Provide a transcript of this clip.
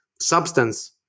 substance